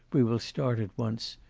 we will start at once.